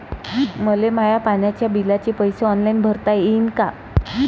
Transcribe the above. मले माया पाण्याच्या बिलाचे पैसे ऑनलाईन भरता येईन का?